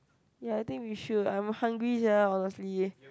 ya I think we should I'm hungry sia honestly